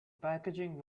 packaging